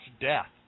death